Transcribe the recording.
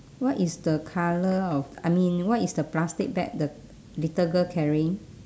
what is the colour of I mean what is the plastic bag the little girl carrying